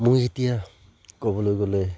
মোৰ এতিয়া ক'বলৈ গ'লে